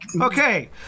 Okay